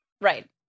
Right